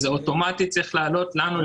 זה אוטומטית צריך לעלות לנו,